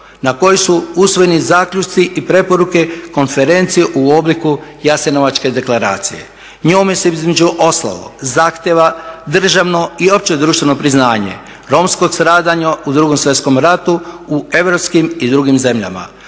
na kojoj su usvojeni zaključci i preporuke konferencije u obliku jasenovačke deklaracije. Njome se između ostalog zahtjeva državno i opće društveno priznanje romskog stradanja u 2. svjetskom ratu u europskim i drugim zemljama.